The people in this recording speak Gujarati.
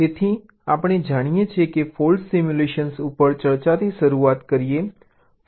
તેથી આપણે જાણીએ છીએ કે ફોલ્ટ સિમ્યુલેશન ઉપર ચર્ચાથી શરૂઆત કરીએ